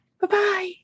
Bye-bye